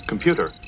Computer